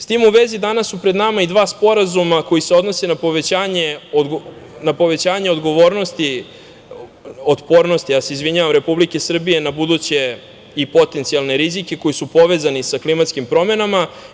S tim u vezi, danas su pred nama i dva sporazuma koji se odnose na povećanje otpornosti Republike Srbije na buduće i potencijalne rizike koji su povezani sa klimatskim promenama.